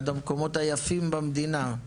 אחד המקומות היפים במדינה.